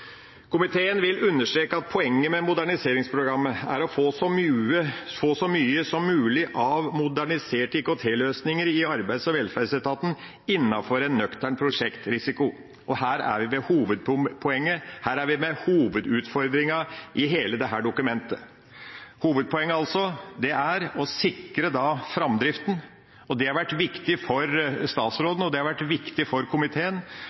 Komiteen vil understreke at poenget med Moderniseringsprogrammet er å få så mye som mulig av moderniserte IKT-løsninger i Arbeids- og velferdsetaten innenfor en nøktern prosjektrisiko. Og her er vi ved hovedpoenget, her er vi ved hovedutfordringa i hele dette dokumentet. Hovedpoenget er altså å sikre framdriften. Det har vært viktig for statsråden, og det har vært viktig for komiteen.